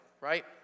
right